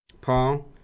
Paul